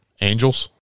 angels